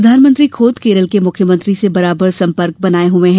प्रधानमंत्री खुद केरल के मुख्यमंत्री से बराबर सम्पर्क बनाये हुए हैं